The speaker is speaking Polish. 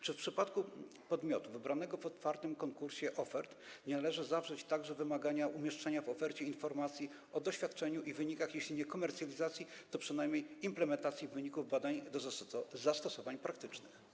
Czy w przypadku podmiotu wybranego w otwartym konkursie ofert nie należy zawrzeć także wymagania umieszczenia w ofercie informacji o doświadczeniu i wynikach, jeśli nie komercjalizacji, to przynajmniej implementacji wyników badań do zastosowań praktycznych?